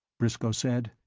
briscoe said,